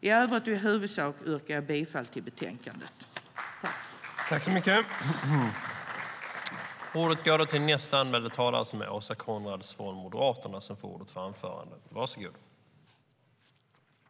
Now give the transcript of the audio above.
I övrigt och i huvudsak yrkar jag bifall till utskottets förslag i betänkandet.